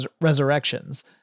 Resurrections